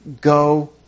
Go